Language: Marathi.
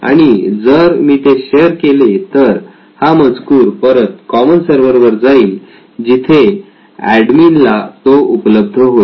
आणि जर मी ते शेअर केले तर हा मजकूर परत कॉमन सर्व्हर वर जाईल जिथे एडमिन ला तो उपलब्ध होईल